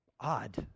odd